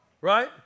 right